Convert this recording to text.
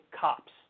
cops